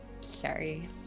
Sorry